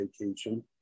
vacation